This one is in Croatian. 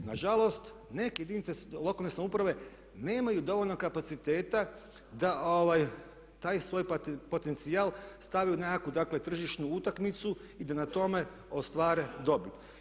Nažalost neke jedinice lokalne samouprave nemaju dovoljno kapaciteta da taj svoj potencijal stave u nekakvu dakle tržišnu utakmicu i da na tome ostvare dobit.